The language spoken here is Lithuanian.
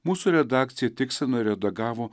mūsų redakcija tikslino redagavo